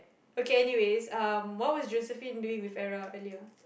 okay anyways um what was Josephine doing with Vera earlier